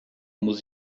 muss